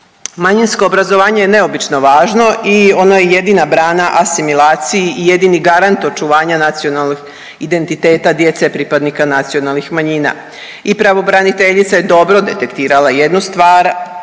Manjinsko obrazovanje je neobično važno i ono je jedina brana asimilaciji i jedini garant očuvanja nacionalnih identiteta djece pripadnika nacionalnih manjina. I pravobraniteljica je dobro detektirala jednu stvar,